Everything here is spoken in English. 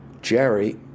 Jerry